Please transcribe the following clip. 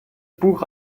buch